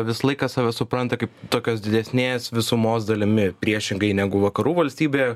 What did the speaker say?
visą laiką save supranta kaip tokios didesnės visumos dalimi priešingai negu vakarų valstybėje